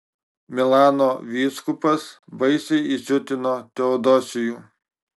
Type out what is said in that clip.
milano vyskupas baisiai įsiutino teodosijų